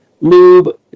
Lube